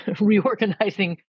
reorganizing